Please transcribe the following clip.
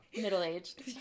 Middle-aged